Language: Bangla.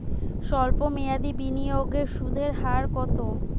সল্প মেয়াদি বিনিয়োগের সুদের হার কত?